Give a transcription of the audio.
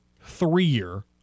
three-year